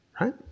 right